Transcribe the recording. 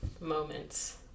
moments